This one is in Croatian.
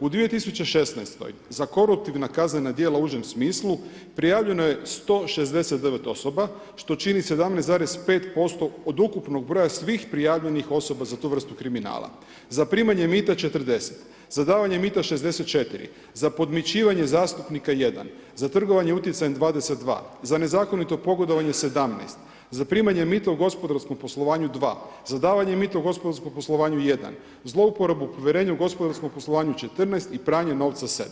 U 2016. za koruptivna kaznena djela u užem smislu, prijavljeno je 169 osoba, što čini 17,5% od ukupno broja svih prijavljenih osoba za tu vrstu kriminala, za primanje mita 40, za davanje mita 64, za podmićivanje zastupnika 1, za trgovanje uticajem 22, za nezakonito pogodovanje 17, za primanje mita u gospodarskom poslovanju 2, za davanje mita u gospodarskom poslovanju 1, zlouporabu povjerenje u gospodarskom poslovanju 14 i pranje novca 7.